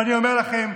אני אומר לכם,